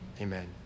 Amen